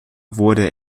wurde